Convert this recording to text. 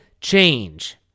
change